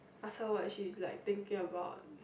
also what she is like thinking about